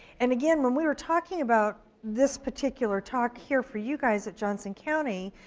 and again when we were talking about this particular talk here for you guys at johnson county,